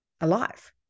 alive